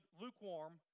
lukewarm